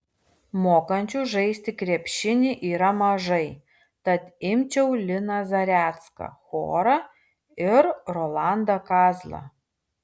mokančių žaisti krepšinį yra mažai tad imčiau liną zarecką chorą ir rolandą kazlą